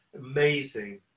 amazing